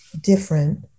different